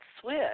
switch